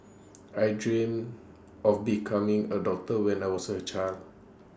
I dreamt of becoming A doctor when I was A child